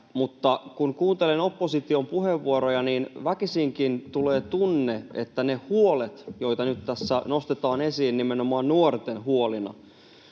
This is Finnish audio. kun kuuntelen opposition puheenvuoroja, niin väkisinkin tulee tunne, että ne huolet, joita nyt tässä nostetaan esiin nimenomaan nuorten huolina,